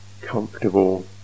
comfortable